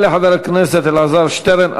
תודה לחבר הכנסת אלעזר שטרן.